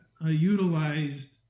utilized